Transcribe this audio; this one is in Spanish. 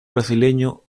brasileño